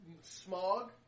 smog